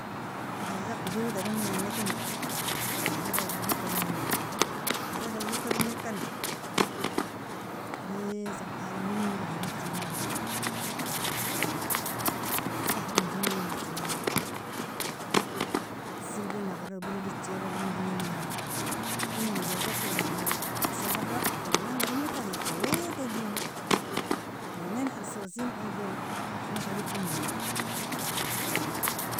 Ijaza kodod domnlikini, Ijaza daowika dominangena Ijaza daowika domikani kane welesan adamreingo dan tignamani sahbanjigon najinamin irfirginagara balab ejara gon jonaman lakin eron ijaza koli shahra youmenga domikane ika wedoajomo youmen khalsosin orgon masha dukamoni.